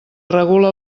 regula